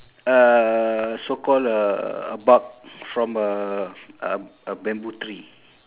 a so called a bug from a a a bamboo tree